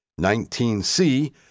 19C